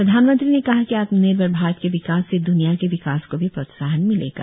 प्रधानमंत्री ने कहा कि आत्मनिर्भर भारत के विकास से द्रनिया के विकास को भी प्रोत्साहन मिलेगा